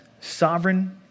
sovereign